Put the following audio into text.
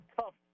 tough